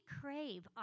crave